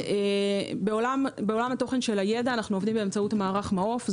בעולם התוכן של הידע אנו עובדים במערך מעוף,